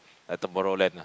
like tomorrow land ah